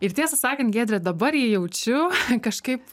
ir tiesą sakan giedre dabar jį jaučiu kažkaip